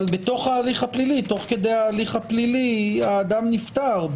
אבל תוך כדי ההליך הפלילי האדם נפטר,